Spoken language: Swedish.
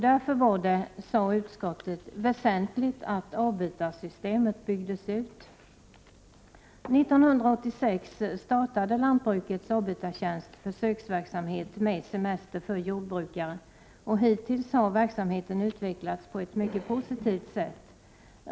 Därför var det, framhöll utskottet, väsentligt att avbytarsystemet byggdes ut. ter för jordbrukare, och hittills har verksamheten utvecklats på ett mycket Prot. 1988/89:25 positivt sätt.